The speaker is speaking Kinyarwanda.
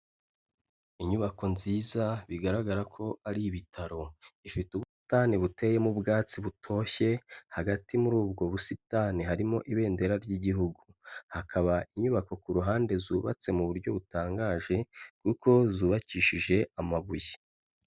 Inyubako nziza bigaragara ko ari ibitaro, ifite ubusitanie buteye ubwatsi butoshye, hagati muri ubwo busitani harimo ibendera ry'igihugu, hakaba inyubako ku ruhande zubatse mu buryo butangaje kuko zubakishije amabuye.